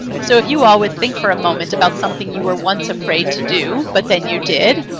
so if you always think for a moment about something you were once afraid to do, but then you did,